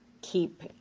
keep